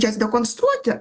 jas dekonstruoti